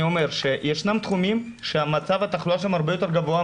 אני אומר שישנם תחומים שמצב התחלואה שם הרבה יותר גבוה,